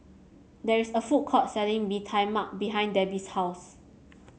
there is a food court selling Bee Tai Mak behind Debby's house